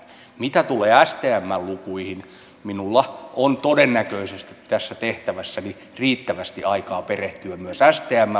mitä tulee stmn lukuihin minulla on todennäköisesti tässä tehtävässäni riittävästi aikaa perehtyä myös stmn lukuihin